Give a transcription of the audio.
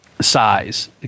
size